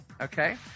okay